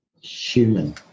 human